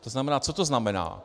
To znamená co to znamená?